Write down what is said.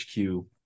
HQ